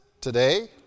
today